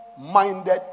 Minded